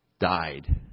died